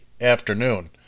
afternoon